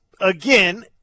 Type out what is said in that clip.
again